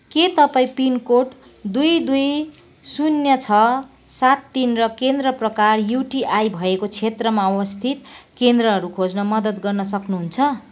के तपाईँ पिनकोड दुई दुई शून्य छ सात तिन र केन्द्र प्रकार युटिआई भएको क्षेत्रमा अवस्थित केन्द्रहरू खोज्न मद्दत गर्न सक्नुहुन्छ